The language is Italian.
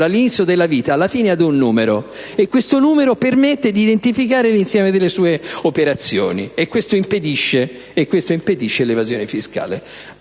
dall'inizio della vita alla fine ad un numero e questo numero permette di identificare l'insieme delle sue operazioni, il che impedisce l'evasione fiscale.